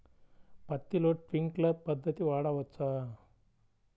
పత్తిలో ట్వింక్లర్ పద్ధతి వాడవచ్చా?